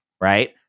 right